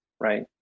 right